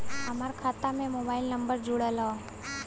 हमार खाता में मोबाइल नम्बर जुड़ल हो?